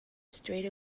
straight